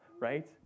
Right